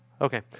Okay